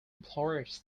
employers